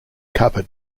covered